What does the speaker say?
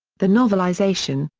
the novelization,